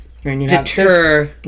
deter